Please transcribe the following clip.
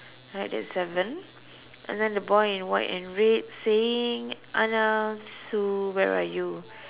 right that's seven and then the boy in white and red saying Anna Sue where are you